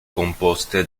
composte